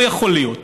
לא יכול להיות.